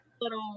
little